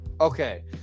Okay